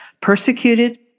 persecuted